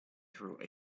through